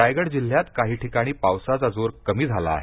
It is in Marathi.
रायगड जिल्ह्यात काही ठिकाणी पावसाचा जोर कमी झाला आहे